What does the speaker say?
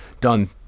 done